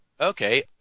Okay